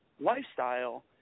lifestyle